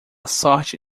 sorte